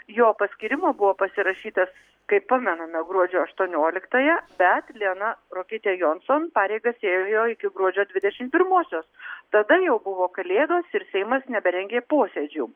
jo paskyrimo buvo pasirašytas kaip pamename gruodžio aštuonioliktąją bet liana ruokytė jonson pareigas ėjo iki gruodžio dvidešim pirmosios tada jau buvo kalėdos ir seimas neberengė posėdžių